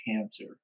cancer